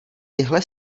tyhle